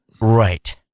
Right